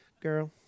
girl